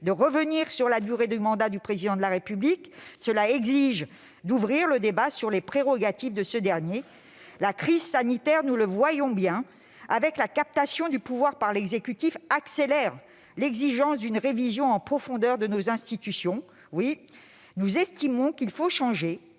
de revenir sur la durée du mandat du Président de la République. Elle exige enfin d'ouvrir un débat sur les prérogatives de ce dernier. La crise sanitaire, nous le voyons bien avec la captation du pouvoir par l'exécutif, accélère l'exigence d'une révision en profondeur de nos institutions. Oui, nous estimons qu'il faut changer